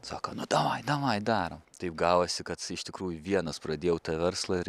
sako nu davai davai dorom taip gavosi kad iš tikrųjų vienas pradėjau tą verslą ir